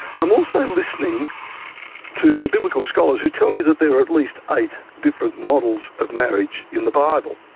i'm also listening to the biblical scholars who tell me that there are at least eight different models of marriage in the bible,